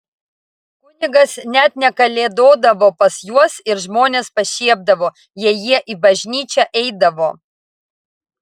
kunigas net nekalėdodavo pas juos ir žmonės pašiepdavo jei jie į bažnyčią eidavo